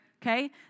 Okay